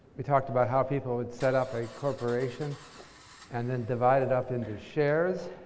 we talked about how people would set up a corporation and then divide it up into shares.